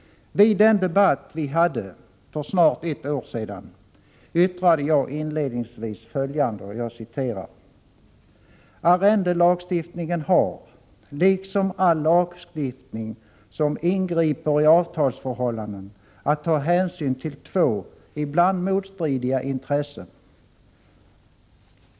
I den debatt vi hade för snart ett år sedan yttrade jag inledningsvis följande: ”Arrendelagstiftningen har, liksom all lagstiftning som ingriper i avtalsförhållanden, att ta hänsyn till två, ibland motstridiga, intressen.